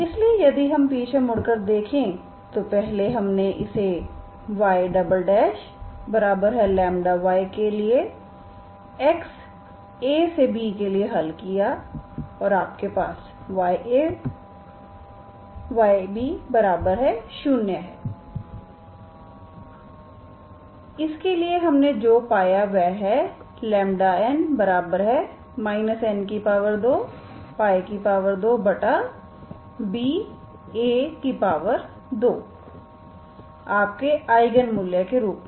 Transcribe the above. इसलिए यदि हम पीछे मुड़कर देखें तो पहले हमने इसे YλY के लिए axb केलिए हल किया है और आपके पास Ya 0Y है इसके लिए हमने जो पाया वह है n n22ba2 आपके आईगन मूल्य के रूप में